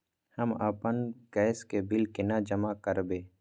हम आपन गैस के बिल केना जमा करबे?